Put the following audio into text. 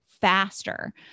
faster